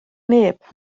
neb